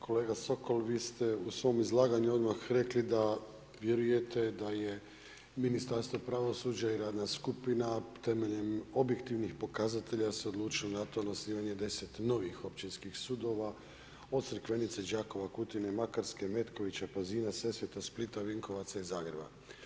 Kolega Sokol, vi ste u svom izlaganju odmah rekli, da vjerujete da je Ministarstvo pravosuđa i radna skupina, temeljem objektivnih pokazatelja se odlučila na to na osnivanje 10 novih općinskih sudova, od Crikvenice, Đakove, Kutine, Makarske, Metkovića, Pazina, Sesveta, Splita, Vinkovaca i Zagreba.